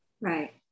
Right